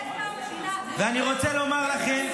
אני רוצה לומר לכם,